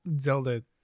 Zelda